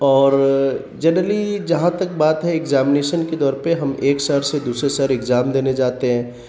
اور جنرلی جہاں تک بات ہے اگزامینیشن کے دور پہ ہم ایک شہر سے دوسرے شہر ایگزام دینے جاتے ہیں